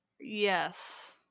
yes